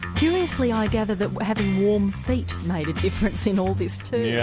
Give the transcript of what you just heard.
curiously i gather that having warm feet made a difference in all this too? yeah,